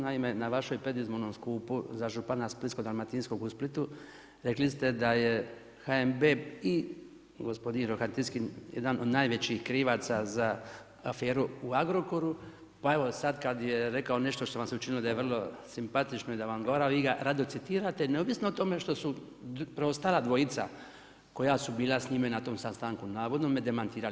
Naime, na vašem predizbornom skupu za župana splitsko-dalmatinskog u Splitu rekli ste da je HNB i gospodin Rohatinski jedan od najvećih krivaca za aferu u Agrokoru pa evo sad kad je rekao nešto što vam se učinilo daj e vrlo simpatično i da vam odgovara, vi ga rado citirate neovisno o tome što su preostala dvojica koja su bila s njime na tome sastanku navodno me demantirali.